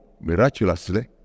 miraculously